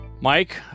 Mike